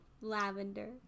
lavender